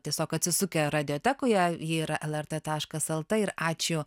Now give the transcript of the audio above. tiesiog atsisukę radiotekoje ji yra lrt taškas lt ir ačiū